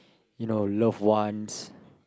you know loved ones